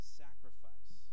sacrifice